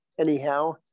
anyhow